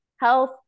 Health